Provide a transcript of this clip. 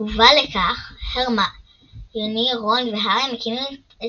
בתגובה לכך, הרמיוני, רון והארי מקימים את